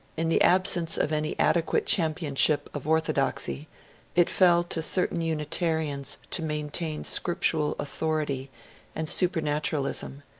in the absence of any adequate championship of orthodoxy it fell to certain unitarians to maintain scriptural authority and supematu ralism,